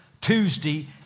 Tuesday